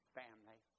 family